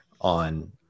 on